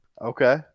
Okay